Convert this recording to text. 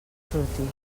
sortir